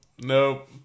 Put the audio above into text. nope